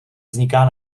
vzniká